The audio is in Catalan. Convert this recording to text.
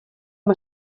amb